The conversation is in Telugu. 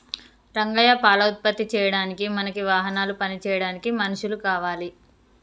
రంగయ్య పాల ఉత్పత్తి చేయడానికి మనకి వాహనాలు పని చేయడానికి మనుషులు కావాలి